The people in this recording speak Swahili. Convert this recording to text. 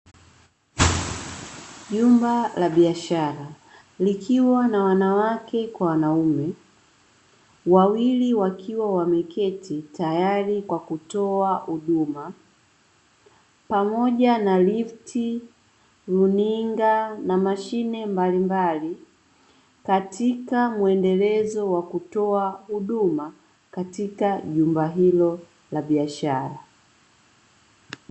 Jumba la biashara likiwa na wanawake kwa wanaume wawili wakiwa wameketi tayari kwa kutoa huduma pamoja na lifti, luninga na mashine mbalimbali katika muendelezo wa kutoa huduma katika jumba hilo la biashara.